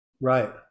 right